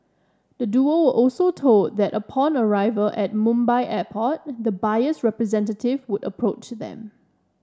the duo were also told that upon arrival at Mumbai Airport the buyer's representative would approach them